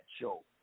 show